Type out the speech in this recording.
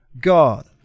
God